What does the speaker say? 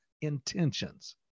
intentions